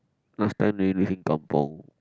last time do you live in kampung